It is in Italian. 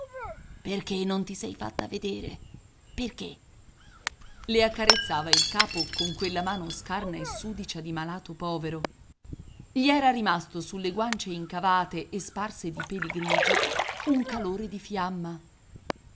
perché non ti sei fatta vedere perché le accarezzava il capo con quella mano scarna e sudicia di malato povero gli era rimasto sulle guance incavate e sparse di peli grigi un calore di fiamma